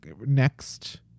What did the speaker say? next